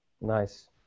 Nice